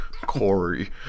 Corey